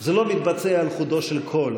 זה לא מתבצע על חודו של קול,